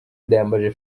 ndayambaje